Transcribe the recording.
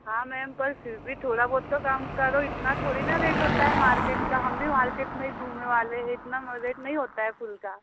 हाँ मैम पर फिर भी थोड़ा बहुत तो कम करो इतना थोड़ी न रेट होता है मार्केट का हम भी मार्केट में ही घूमने वाले है इतना रेट नहीं होता है फूल का